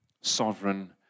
Sovereign